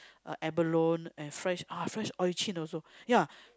uh abalone and fresh ah fresh urchin also ya